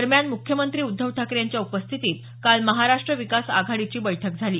दरम्यान मुख्यमंत्री उद्धव ठाकरे यांच्या उपस्थितीत काल महाराष्ट्र विकास आघाडीची बैठक झाली